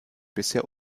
bisher